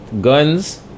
Guns